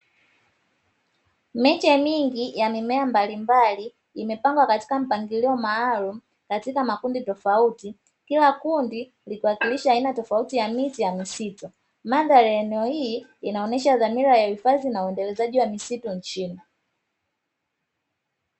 Miche ya mingi ya mimea mbalimbali imepangwa katika mpangilio maalum katika makundi tofauti, kila kundi likiwakilisha aina tofauti ya miti ya misitu, mandhari eneo hii inaonesha dhamira ya hifadhi na uendelezaji wa misitu nchini.